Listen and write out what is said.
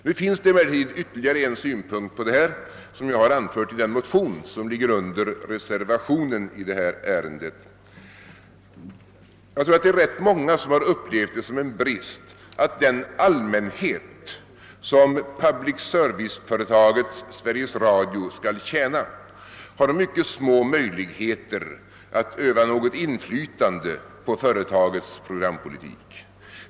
Nu finns det emellertid ytterligare en synpunkt på denna fråga som jag anfört i den motion som ligger under reservationen i detta ärende. Jag tror att det är rätt många som upplevt det som en brist, att den allmänhet, som public service-företaget Sveriges Radio skall tjäna, har mycket små möjligheter att öva något inflytande på företagets programpolitik.